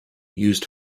used